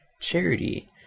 charity